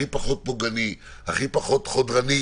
הכי פחות פוגענית, הכי פחות חודרנית